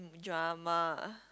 drama